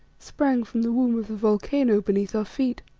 sprang from the womb of the volcano beneath our feet.